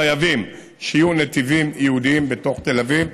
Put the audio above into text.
חייבים שיהיו נתיבים ייעודיים בתוך תל אביב,